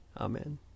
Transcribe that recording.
Amen